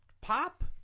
Pop